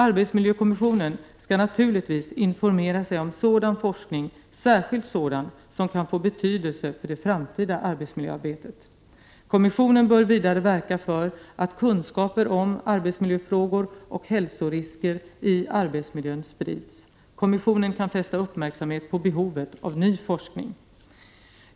Arbetsmiljökommissionen skall naturligtvis informera sig om sådan forskning, särskilt sådan som kan få betydelse för det framtida arbetsmiljöarbetet. Kommissionen bör vidare verka för att kunskaper om arbetsmiljöfrågor och hälsorisker i arbetsmiljön sprids. Kommissionen kan fästa uppmärksamheten på behovet av ny forskning.